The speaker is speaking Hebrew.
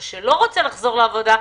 או שלא רוצה לחזור לעבודה,